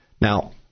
Now